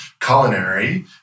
Culinary